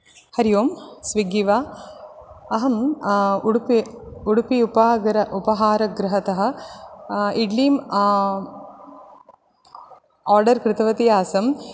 हरि ओम् स्विग्गि वा अहम् उडुपी उडुपी उपहारगृह उपहारगृहतः इड्लिम् आर्डर् कृतवती आसम्